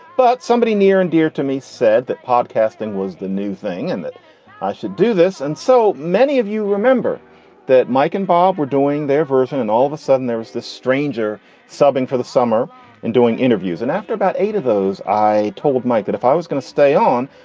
but somebody near and dear to me said that podcasting was the new thing, and that i should do this. and so many of you remember that mike and bob were doing their version, and all of a sudden there was this stranger subbing for the summer and doing interviews. and after about eight of those, i told mike that if i was going to stay on,